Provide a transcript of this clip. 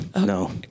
No